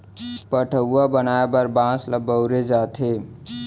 पठअउवा बनाए बर बांस ल बउरे जाथे